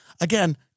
again-